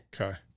Okay